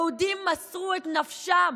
יהודי מסרו את נפשם